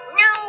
no